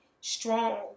strong